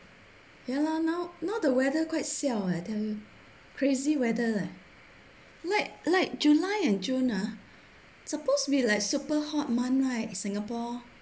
ya lor now now the weather quite siao leh I tell you crazy weather leh like like july and june ah supposed to be like super hot [one] right singapore